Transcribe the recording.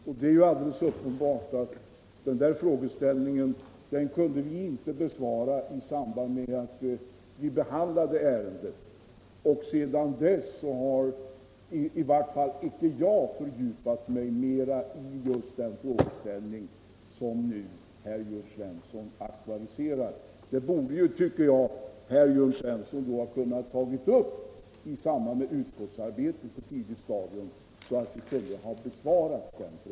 Det är följaktligen alldeles uppenbart att vi inte kunde besvara den här frågan i samband med att vi behandlade ärendet. Sedan dess har i varje fall icke jag fördjupat mig mera i just den frågeställning som herr Jörn Svensson nu aktualiserar. Han borde ha kunnat ta upp den i samband med utskottsarbetet på ett tidigt stadium, så att vi hade kunnat besvara den då.